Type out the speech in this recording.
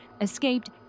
escaped